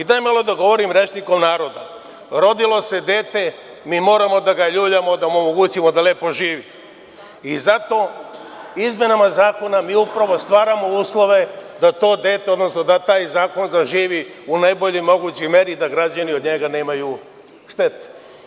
Daj malo da govorim rečnikom naroda, rodilo se dete, mi moramo da ljuljamo, da mu omogućimo da lepo živi i zato izmenama zakona mi upravo stvaramo uslove da to dete, odnosno da taj zakon zaživi u najboljoj mogućoj meri, da građani od njega nemaju štete.